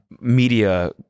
media